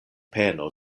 peno